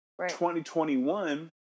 2021